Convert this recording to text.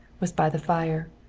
was by the fire.